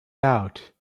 out